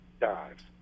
dives